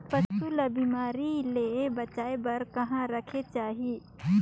पशु ला बिमारी ले बचाय बार कहा रखे चाही?